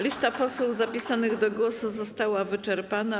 Lista posłów zapisanych do głosu została wyczerpana.